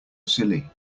silly